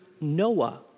Noah